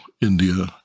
India